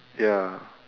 ya